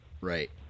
Right